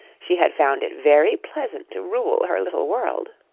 she had found it very pleasant to rule her little world.